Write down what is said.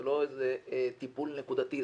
זה לא איזה טיפול נקודתי.